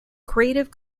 creative